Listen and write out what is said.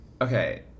Okay